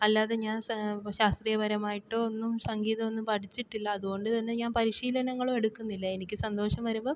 അല്ലാതെ ഞാന് ശ ശാസ്ത്രീയപരമായിട്ടോ ഒന്നും സംഗീതം ഒന്നും പഠിച്ചിട്ടില്ല അതുകൊണ്ട് തന്നെ അതുകൊണ്ടുതന്നെ ഞാൻ പരിശീലനങ്ങളും എടുക്കുന്നില്ല എനിക്ക് സന്തോഷം വരുമ്പം